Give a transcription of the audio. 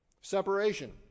Separation